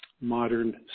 modern